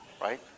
Right